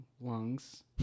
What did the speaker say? lungs